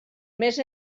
més